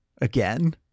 again